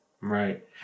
Right